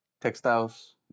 textiles